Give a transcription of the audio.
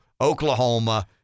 oklahoma